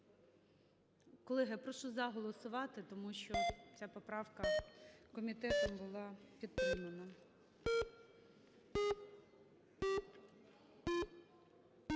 Колеги, я прошу "за" голосувати, тому що ця поправка комітетом була підтримана.